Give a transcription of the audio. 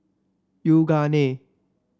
yoogane